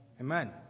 Amen